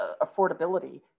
affordability